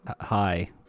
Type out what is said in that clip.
Hi